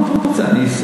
מה אתה רוצה?